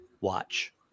Watch